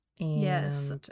Yes